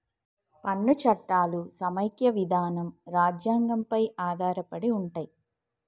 పన్ను చట్టాలు సమైక్య విధానం రాజ్యాంగం పై ఆధారపడి ఉంటయ్